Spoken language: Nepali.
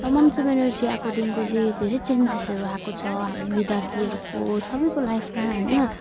र ममता ब्यानर्जी आएकोदेखिन्को चाहिँ धेरै चेन्जेसहरू आएको छ हामी विद्यार्थीहरूको सबैको लाइफमा हैन